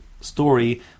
story